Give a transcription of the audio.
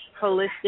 holistic